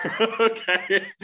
Okay